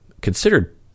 considered